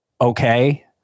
okay